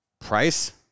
price